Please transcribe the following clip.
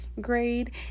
grade